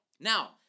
Now